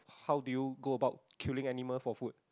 how do you go about killing animals for food